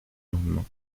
lendemain